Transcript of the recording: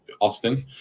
Austin